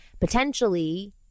potentially